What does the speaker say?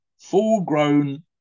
full-grown